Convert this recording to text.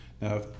Now